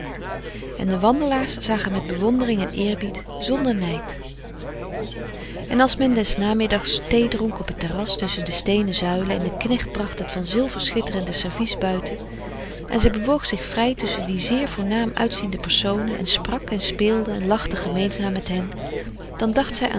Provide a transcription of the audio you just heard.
en de wandelaars zagen met bewondering en eerbied zonder nijd en als men des namiddags thee dronk op het terras tusschen de steenen zuilen en de knecht bracht het van zilver schitterende servies buiten en zij bewoog zich vrij tusschen die zeer voornaam uitziende personen en sprak en speelde en lachte gemeenzaam met hen dan dacht zij